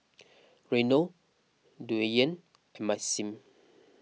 Reino Dwyane and Maxim